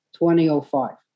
2005